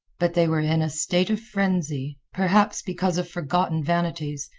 but they were in a state of frenzy, perhaps because of forgotten vanities,